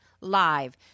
Live